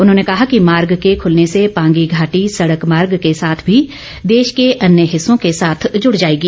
उन्होंने कहा कि मार्ग के खुलने से पांगी घाटी सड़क मार्ग के साथ भी देश के अन्य हिस्सों के साथ जुड़ जाएगी